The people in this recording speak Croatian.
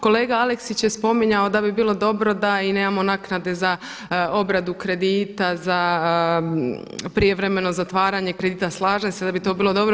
Kolega Aleksić je spominjao da bi bilo dobro da i nemamo naknade za obradu kredita, za prijevremeno zatvaranje kredita, slažem se da bi to bilo dobro.